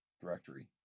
directory